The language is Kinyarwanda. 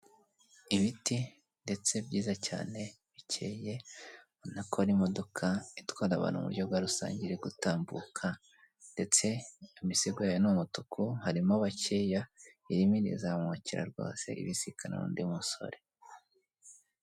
Ibiti ndetse byiza cyane bikeye, ubona ko hari imodoka itwara abantu mu buryo bwa rusange iri gutambuka, ndetse imisego yayo ni umutuku, harimo bakeya, irimo irizamukira rwose ibisikana n'undi musore.